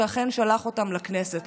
שאכן שלח אותם לכנסת.